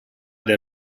del